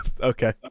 Okay